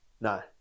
No